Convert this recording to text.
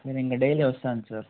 నేనింకా డైలీ వస్తాను సార్